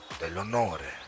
dell'onore